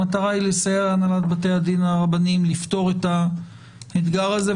המטרה היא לסייע להנהלת בתי הדין הרבניים לפתור את האתגר הזה.